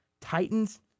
Titans